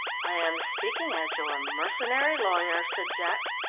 i am speaking as your mercenary lawyer, said jack.